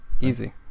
Easy